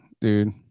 dude